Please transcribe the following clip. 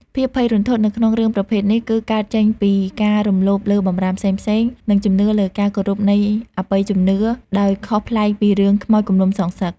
ភាពភ័យរន្ធត់នៅក្នុងរឿងប្រភេទនេះគឺកើតចេញពី ការរំលោភលើបម្រាមផ្សេងៗ និងជំនឿលើការគោរពនៃអបិយជំនឿ ដោយខុសប្លែកពីរឿងខ្មោចគំនុំសងសឹក ។